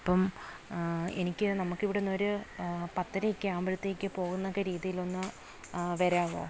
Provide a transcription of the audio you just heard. അപ്പം എനിക്ക് നമുക്കിവിടുന്നൊരു പത്തരയൊക്കെ ആവുമ്പോഴത്തേക്ക് പോകുമെന്നൊക്കെ രീതിയിലൊന്ന് വരാവോ